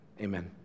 Amen